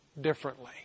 differently